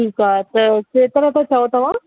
ठीकु आहे त केतिरो था चओ तव्हां